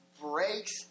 breaks